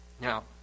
Now